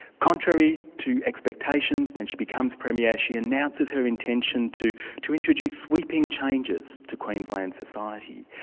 contrary to expectations, when she becomes premier, she announces her intention to to introduce sweeping changes to queensland society.